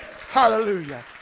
Hallelujah